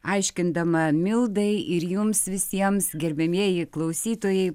aiškindama mildai ir jums visiems gerbiamieji klausytojai